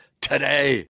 today